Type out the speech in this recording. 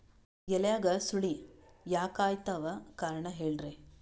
ಎಲ್ಯಾಗ ಸುಳಿ ಯಾಕಾತ್ತಾವ ಕಾರಣ ಹೇಳ್ರಿ?